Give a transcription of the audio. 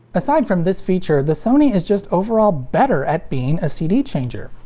aside from this feature, the sony is just overall better at being a cd changer.